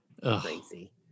crazy